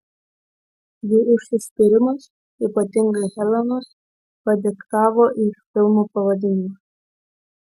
jų užsispyrimas ypatingai helenos padiktavo ir filmo pavadinimą